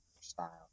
style